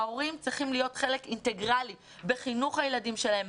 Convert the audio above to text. ההורים צריכים להיות חלק אינטגרלי בחינוך הילדים שלהם,